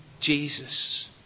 Jesus